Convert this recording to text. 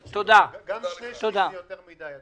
גם שני שליש זה יותר מדי.